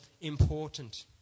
important